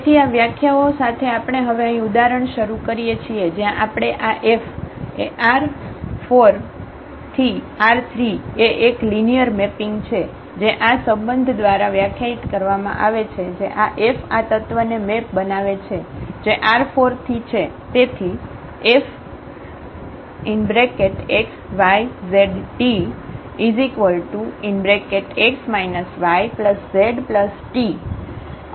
તેથી આ વ્યાખ્યા ઓ સાથે આપણે હવે અહીં ઉદાહરણ શરૂ કરીએ છીએ જ્યાં આપણે આ FR4R3 એ એક લિનિયર મેપિંગ છે જે આ સંબંધ દ્વારા વ્યાખ્યાયિત કરવામાં આવે છે F આ તત્વને મેપ બનાવે છે જે R4 થી છે